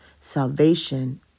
Salvation